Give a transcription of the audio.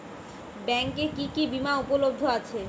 ব্যাংকে কি কি বিমা উপলব্ধ আছে?